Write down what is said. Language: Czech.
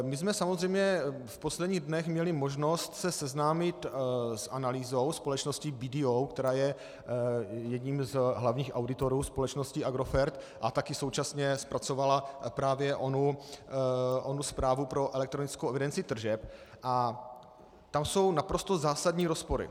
My jsme samozřejmě v posledních dnech měli možnost se seznámit s analýzou společnosti BDO, která je jedním z hlavních auditorů společnosti Agrofert a také současně zpracovala právě onu zprávu pro elektronickou evidenci tržeb, a tam jsou naprosto zásadní rozpory.